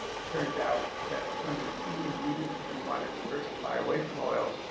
it turns out that one of the key ingredients if you want to diversify away from oil,